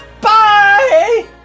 bye